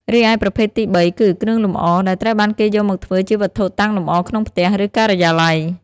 រីឯប្រភេទទីបីគឺ គ្រឿងលម្អ ដែលត្រូវបានគេយកមកធ្វើជាវត្ថុតាំងលម្អក្នុងផ្ទះ ឬការិយាល័យ។